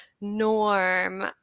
norm